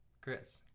Chris